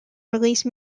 release